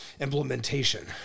implementation